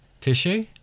Tissue